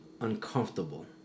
uncomfortable